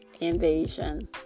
invasion